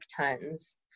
tons